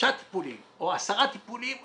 שלושה טיפולים או עשרה טיפולים,